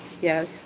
Yes